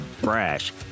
brash